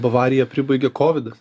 bavariją pribaigė kovidas